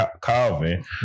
Calvin